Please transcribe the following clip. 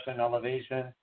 elevation